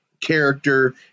character